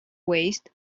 waste